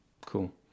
Cool